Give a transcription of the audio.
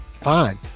fine